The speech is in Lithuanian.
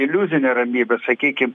iliuzinę iliuzinę ramybę sakykim